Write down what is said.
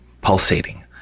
pulsating